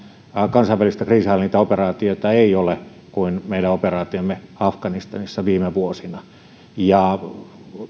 kansainvälistä kriisinhallintaoperaatiota ei ole kuin meidän operaatiomme afganistanissa viime vuosina